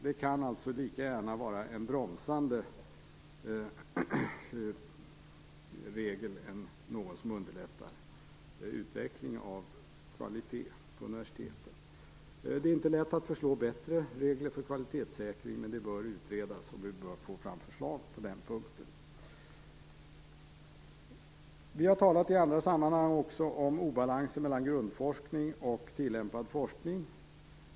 Det kan lika gärna vara en bromsande regel som en som underlättar utveckling av kvalitet på universiteten. Det är inte lätt att föreslå bättre regler för kvalitetssäkring, men det bör utredas och vi bör få fram förslag på den punkten. Vi har i andra sammanhang också talat om obalansen mellan grundforskning och tillämpad forskning.